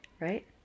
Right